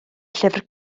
llyfr